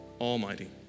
almighty